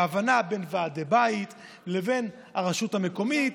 בהבנה בין ועדי בית לבין הרשות המקומית,